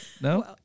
No